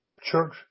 church